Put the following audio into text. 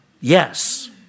Yes